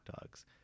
dogs